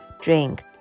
drink